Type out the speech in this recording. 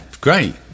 great